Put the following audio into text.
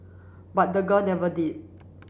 but the girl never did